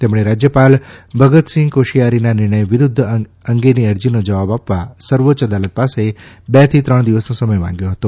તેમણે રાજ્યપાલ ભગતસિંઘ કોશિયારીના નિર્ણય વિરૂદ્ધ અંગેની અરજીનો જવાબ આપવા સર્વોચ્ય અદાલત પાસે બે થી ત્રણ દિવસનો સમય માંગ્યો હતો